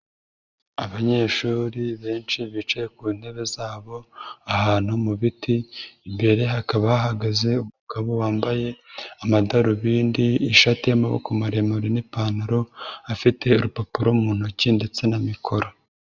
Abanyeshuri benshi bicaye ku ntebe zabo ahantu mu biti, imbere hakaba hahagaze umugabo wambaye amadarubindi ishati y'amaboko maremare n'ipantaro, afite urupapuro mu ntoki ndetse na mikoro.